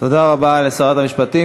תודה רבה לשרת המשפטים.